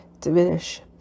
diminish